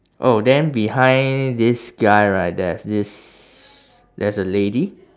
oh then behind this guy right there's this there's a lady